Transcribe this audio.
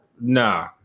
Nah